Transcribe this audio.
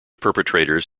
perpetrators